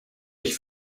ich